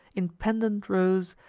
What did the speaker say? in pendent rows,